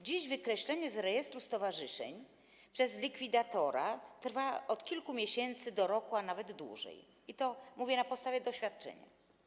Dziś wykreślenie z rejestru stowarzyszeń przez likwidatora trwa od kilku miesięcy do roku, a nawet dłużej, i mówię to na podstawie doświadczenia.